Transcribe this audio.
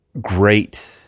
great